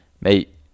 Mate